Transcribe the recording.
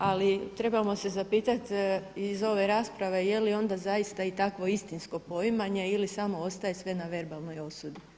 Ali trebamo se zapitati iz ove rasprave je li onda zaista i takvo istinsko poimanje ili samo ostaje sve na verbalnoj osudi.